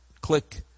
click